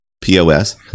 POS